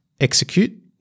execute